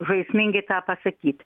žaismingai tą pasakyti